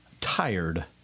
tired